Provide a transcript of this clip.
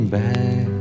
back